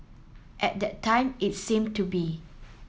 at that time it seemed to be